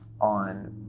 on